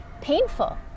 painful